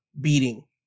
beating